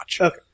Okay